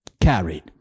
carried